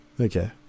Okay